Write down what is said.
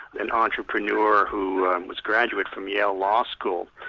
an entrepreneur who was graduate from yale law school,